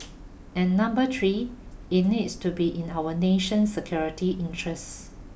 and number three it needs to be in our national security interests